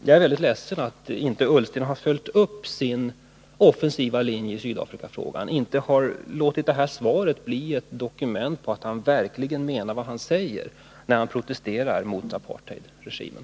Jag är väldigt ledsen över att Ola Ullsten inte har följt upp sin offensiva linje i Sydafrikafrågan och över att han inte låtit detta svar bli ett dokument på att han verkligen menar vad han säger när han protesterar mot apartheidregimen.